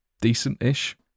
decent-ish